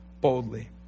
boldly